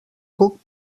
cuc